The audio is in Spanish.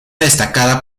destacada